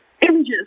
images